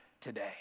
today